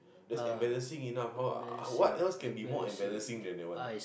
that's embarrassing enough how what else can be more embarrassing than that one